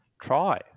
try